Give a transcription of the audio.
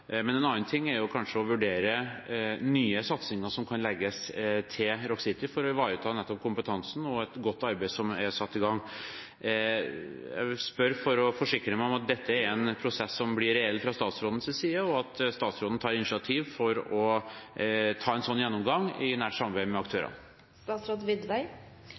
En annen ting er kanskje å vurdere nye satsinger som kan legges til Rock City for å ivareta nettopp kompetansen og et godt arbeid som er satt i gang. Jeg spør for å forsikre meg om at dette er en prosess som blir reell fra statsrådens side, og at statsråden tar initiativ til å ta en slik gjennomgang i nært samarbeid med